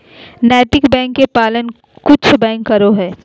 नैतिक बैंक के पालन कुछ बैंक करो हइ